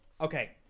Okay